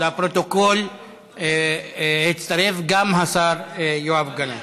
אין מתנגדים, אין נמנעים.